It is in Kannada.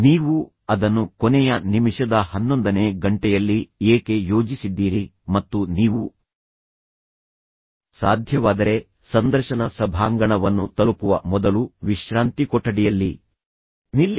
ನೀವು ಅದನ್ನು ಕೊನೆಯ ನಿಮಿಷದ ಹನ್ನೊಂದನೇ ಗಂಟೆಯಲ್ಲಿ ಏಕೆ ಯೋಜಿಸಿದ್ದೀರಿ ಮತ್ತು ನೀವು ಸಾಧ್ಯವಾದರೆ ಸಂದರ್ಶನ ಸಭಾಂಗಣವನ್ನು ತಲುಪುವ ಮೊದಲು ವಿಶ್ರಾಂತಿ ಕೊಠಡಿಯಲ್ಲಿ ನಿಲ್ಲಿ